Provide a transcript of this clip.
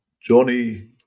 Johnny